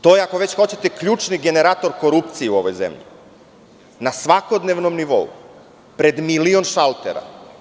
To je, ako već hoćete, ključni generator korupcije u ovoj zemlji na svakodnevnom nivou, pred milion šaltera.